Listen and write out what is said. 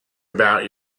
about